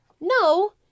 No